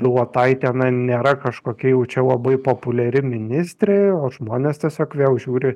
bilotaitė na nėra kažkokia jau čia labai populiari ministrė o žmonės tiesiog vėl žiūri